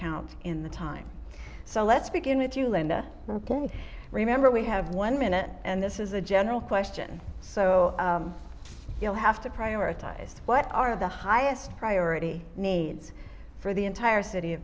count in the time so let's begin with you linda remember we have one minute and this is a general question so you'll have to prioritize what are the highest priority needs for the entire city of